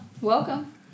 welcome